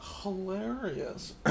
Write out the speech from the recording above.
hilarious